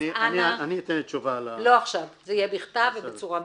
זה יהיה בכתב ובצורה מסודרת.